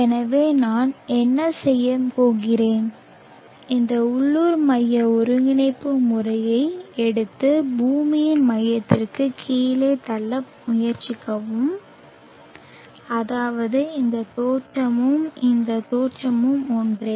எனவே நான் என்ன செய்யப் போகிறேன் இந்த உள்ளூர் மைய ஒருங்கிணைப்பு முறையை எடுத்து பூமியின் மையத்திற்கு கீழே தள்ள முயற்சிக்கவும் அதாவது இந்த தோற்றமும் இந்த தோற்றமும் ஒன்றே